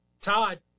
Todd